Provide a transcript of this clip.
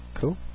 Cool